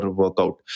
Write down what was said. workout